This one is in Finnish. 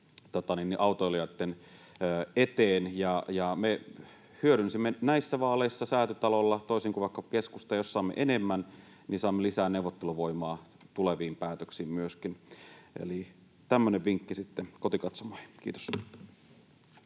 autoilijoitten eteen. Me hyödynsimme näissä vaaleissa saatuja ääniä Säätytalolla toisin kuin vaikkapa keskusta, ja jos saamme enemmän, saamme lisää neuvotteluvoimaa myöskin tuleviin päätöksiin. Eli tämmöinen vinkki sitten kotikatsomoihin. — Kiitos.